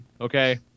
Okay